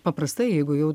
paprastai jeigu jau